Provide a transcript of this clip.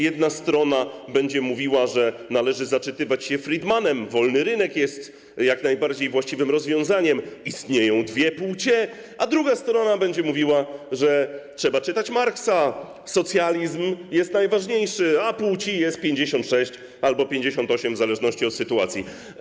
Jedna strona będzie mówiła, że należy zaczytywać się Friedmanem, wolny rynek jest najbardziej właściwym rozwiązaniem i istnieją dwie płcie, a druga strona będzie mówiła, że trzeba czytać Marksa, socjalizm jest najważniejszy, a płci jest 56 albo 58, w zależności od sytuacji.